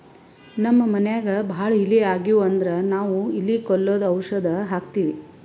ನಮ್ಮ್ ಮನ್ಯಾಗ್ ಭಾಳ್ ಇಲಿ ಆಗಿವು ಅಂದ್ರ ನಾವ್ ಇಲಿ ಕೊಲ್ಲದು ಔಷಧ್ ಹಾಕ್ತಿವಿ